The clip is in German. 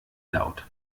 laut